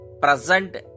present